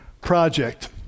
Project